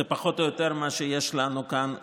זה פחות או יותר מה שיש לנו כאן כרגע,